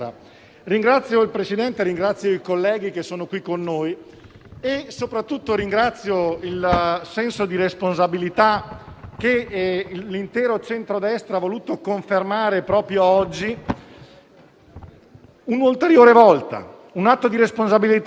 sembra che alcuni dei punti sui quali Fratelli d'Italia e l'intero centrodestra si sono soffermati possano entrare a far parte della